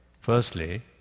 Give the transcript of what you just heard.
Firstly